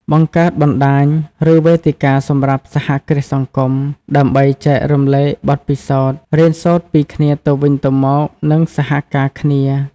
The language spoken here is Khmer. បង្កើតបណ្តាញ ឬវេទិកាសម្រាប់សហគ្រាសសង្គម ដើម្បីចែករំលែកបទពិសោធន៍ រៀនសូត្រពីគ្នាទៅវិញទៅមក និងសហការគ្នា ។